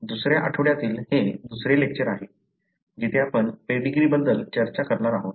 दुसऱ्या आठवड्यातील हे दुसरे लेक्चर आहे जिथे आपण पेडीग्रीबद्दल चर्चा करणार आहोत